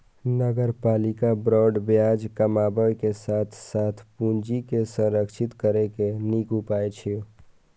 नगरपालिका बांड ब्याज कमाबै के साथ साथ पूंजी के संरक्षित करै के नीक उपाय छियै